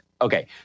Okay